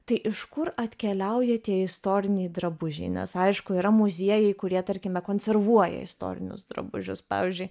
tai iš kur atkeliauja tie istoriniai drabužiai nes aišku yra muziejai kurie tarkime konservuoja istorinius drabužius pavyzdžiui